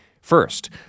First